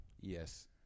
Yes